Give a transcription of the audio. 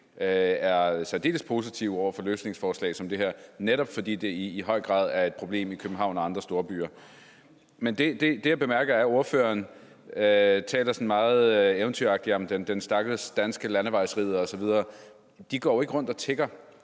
er særdeles positivt over for løsningsforslag som det her, netop fordi det i høj grad er et problem i København og andre storbyer. Men det, jeg bemærker, er, at ordføreren taler meget eventyragtigt om den stakkels danske landevejsridder osv. De går jo ikke rundt og tigger.